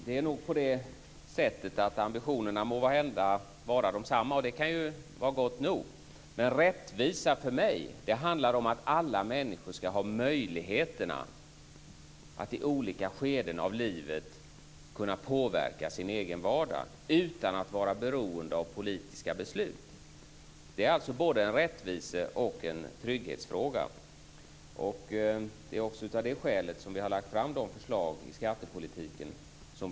Herr talman! Ambitionerna må vara desamma, och det kan vara gott nog, men för mig handlar rättvisa om att alla människor ska ha möjligheter att i olika skeden av livet påverka sin egen vardag utan att vara beroende av politiska beslut. Det är både en rättviseoch en trygghetsfråga. Det är också av det skälet som vi har lagt fram våra förslag i skattepolitiken.